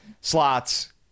slots